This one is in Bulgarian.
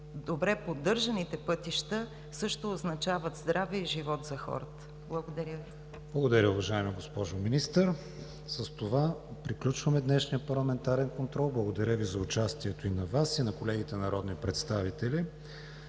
добре поддържаните пътища също означават здраве и живот за хората. Благодаря Ви. ПРЕДСЕДАТЕЛ КРИСТИАН ВИГЕНИН: Благодаря, уважаема госпожо Министър. С това приключваме днешния парламентарен контрол. Благодаря Ви за участието и на Вас, и на колегите народни представители.